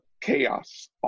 chaos